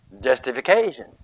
justification